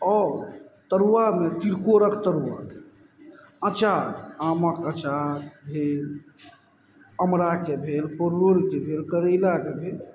आ तरुआमे तिलकोरक तरुआ अचार आमक अचार भेल अमराके भेल पड़ोरके भेल करैलाके भेल